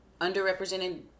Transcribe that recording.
underrepresented